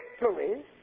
victories